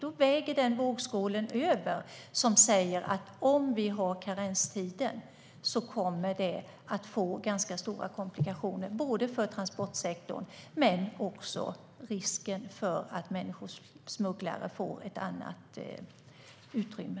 Då väger den vågskål över som säger att det kommer att bli ganska stora komplikationer om vi har karenstiden. Det gäller både transportsektorn och risken att människosmugglare får ett annat utrymme.